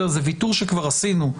זה ויתור שעשינו כבר.